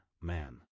man